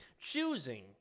choosing